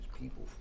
people